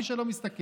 מי שלא משתכרת,